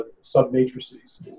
sub-matrices